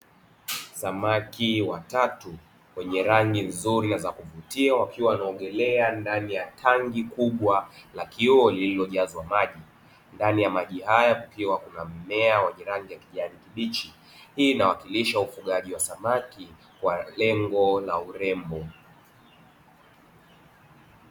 Samaki watatu wenye rangi nzuri na kuvutia wakiwa wanaogelea ndani ya tanki kubwa la kioo lililojazwa maji, ndani ya maji haya kukiwa na mmea wenye rangi ya kijani kibichi hii inaashiria ufugaji wa samaki kwa lengo la urembo.